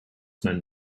man